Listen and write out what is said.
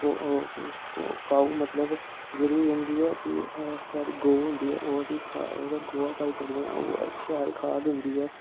cow मतलब जेहड़ी होंदी ऐ कि साढ़ी गौ होंदी ऐ ओह्दी खाद ओह्दा गोहा पाई सकने ओह् शैल खाद होंदी ऐ